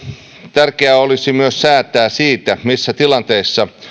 tärkeää olisi myös säätää siitä missä tilanteessa